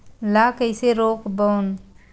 ला कइसे रोक बोन?